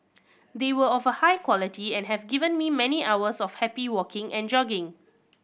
they were of a high quality and have given me many hours of happy walking and jogging